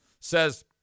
says